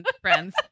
friends